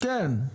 כן.